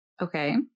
Okay